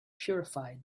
purified